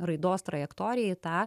raidos trajektoriją į tą